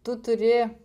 tu turi